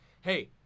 hey